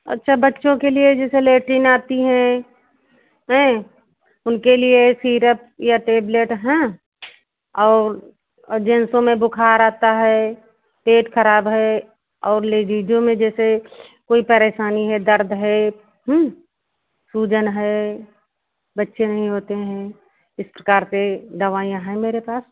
अच्छा बच्चों के लिए जैसे लेटीन आती हैं है उनके लिए सीरप या टेबलेट हैं और जेंसों में बुख़ार आता है पेट ख़राब है औ लेडीज़ों में जैसे कोई परेशानी है दर्द हैं सूजन है बच्चे नहीं होते हैं इस प्रकार से दवाइयाँ हैं मेरे पास